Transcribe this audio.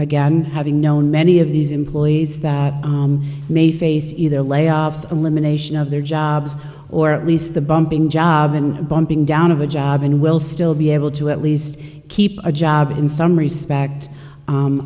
again having known many of these employees that may face either layoffs elimination of their jobs or at least the bumping job and bumping down of a job and will still be able to at least keep a job in some respect